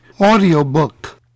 audiobook